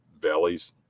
valleys